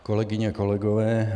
Kolegyně, kolegové.